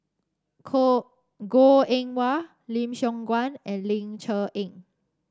Goh Eng Wah Lim Siong Guan and Ling Cher Eng